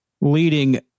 leading